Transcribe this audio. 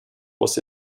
was